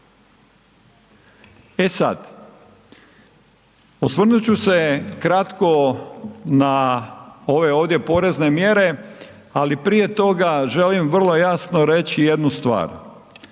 E sada, osvrnut ću se kratko na ove ovdje porezne mjere, ali prije toga želim vrlo jasno reći jednu stvar.